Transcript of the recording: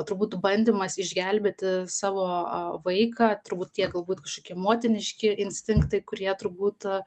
turbūt bandymas išgelbėti savo vaiką turbūt tiek galbūt kažkokie motiniški instinktai kurie turbūt